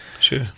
Sure